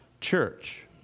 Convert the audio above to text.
Church